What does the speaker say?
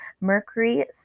Mercury